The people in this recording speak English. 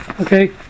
Okay